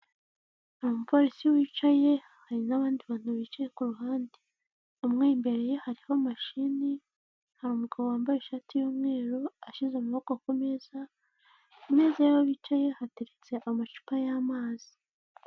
Umupolisi wicaye, hari n'abandi bantu bicaye ku ruhande, umwe imbere ye hariho mashini, hari umugabo wambaye ishati y'umweru, ashyize amaboko ku meza, imeza y'aho bicaye hateretse amacupa y'amazi.